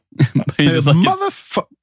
Motherfucker